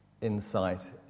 insight